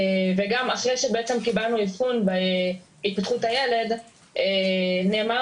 וגם אחרי שקיבלנו אבחון בהתפתחות הילד נאמר